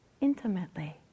intimately